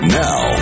now